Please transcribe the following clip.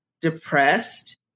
depressed